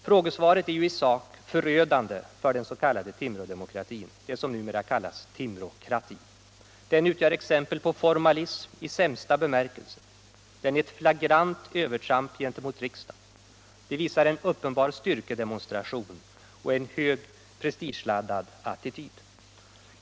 Frågesvaret är i sig förödande för den s.k. Timrådemokratin, det som numera kallas Timråkratin. Den utgör exempel på formalism i sämsta bemärkelse. Den är ett flagrant övertramp gentemot riksdagen. Handlingssättet är en styrkedemonstration och bevisar en högt prestigeladdad attityd.